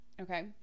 okay